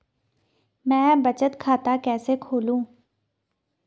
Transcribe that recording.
मैं बचत खाता कैसे खोलूँ?